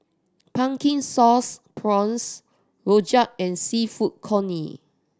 Pumpkin Sauce Prawns rojak and Seafood Congee